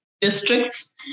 districts